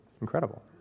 incredible